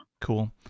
cool